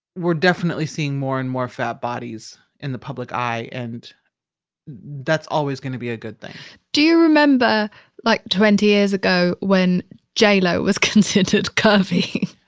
we're definitely seeing more and more fat bodies in the public eye. and that's always gonna be a good thing do you remember like twenty years ago when j lo was considered curvy?